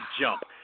jump